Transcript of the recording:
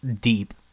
deep